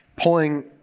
pulling